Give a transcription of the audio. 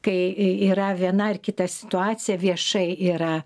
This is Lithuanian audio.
kai y yra viena ar kita situacija viešai yra